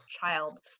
child